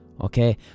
okay